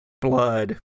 blood